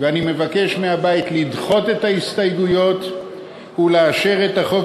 ואני מבקש מהבית לדחות את ההסתייגויות ולאשר את החוק